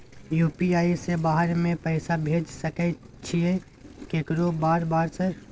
UPI से बाहर में पैसा भेज सकय छीयै केकरो बार बार सर?